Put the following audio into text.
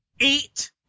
eight